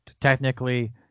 technically